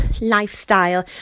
lifestyle